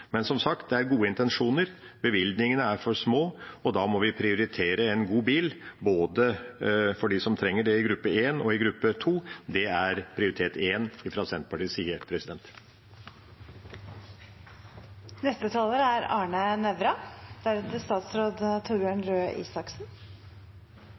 Men som sagt, det er gode intensjoner. Bevilgningene er for små, og da må vi prioritere en god bil for dem som trenger det i både gruppe 1 og gruppe 2. Det er prioritet nr. 1 fra Senterpartiets side.